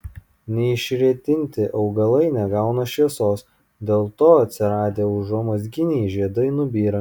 neišretinti augalai negauna šviesos dėl to atsiradę užuomazginiai žiedai nubyra